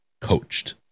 coached